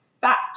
fat